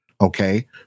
okay